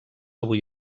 avui